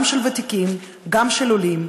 גם של ותיקים וגם של עולים,